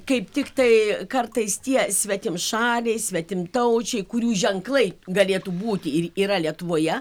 kaip tiktai kartais tie svetimšaliai svetimtaučiai kurių ženklai galėtų būti ir yra lietuvoje